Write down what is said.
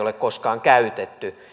ole koskaan käytetty